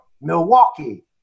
Milwaukee